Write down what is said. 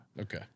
Okay